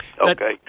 Okay